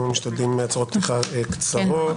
אנחנו משתדלים הצהרות פתיחה קצרות.